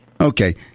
Okay